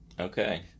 Okay